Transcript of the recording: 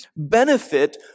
benefit